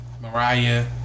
Mariah